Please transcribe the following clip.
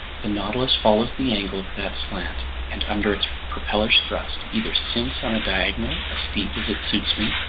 the nautilus follows the angle of that slant and, under its propeller's thrust, either sinks on a diagonal as steep as it suits me,